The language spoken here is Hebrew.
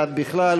ועד בכלל,